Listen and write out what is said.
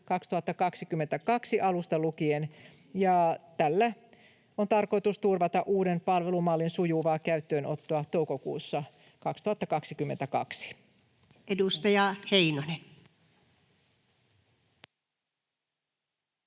2022 alusta lukien, ja tällä on tarkoitus turvata uuden palvelumallin sujuvaa käyttöönottoa toukokuussa 2022. [Speech